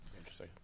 Interesting